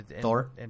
Thor